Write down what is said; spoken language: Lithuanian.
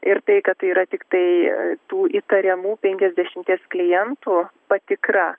ir tai kad tai yra tiktai tų įtariamų penkiasdešimties klientų patikra